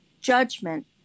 judgment